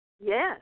Yes